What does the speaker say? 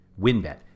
WinBet